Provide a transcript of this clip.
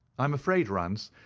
i am afraid, rance,